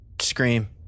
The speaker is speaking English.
scream